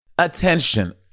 ATTENTION